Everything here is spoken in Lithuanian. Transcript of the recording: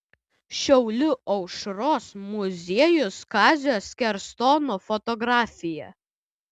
šiaulių aušros muziejus kazio skerstono fotografija